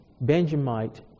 Benjamite